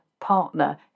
partner